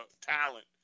talent